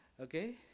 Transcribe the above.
Okay